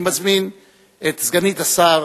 אני מזמין את סגנית השר